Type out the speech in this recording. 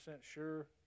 sure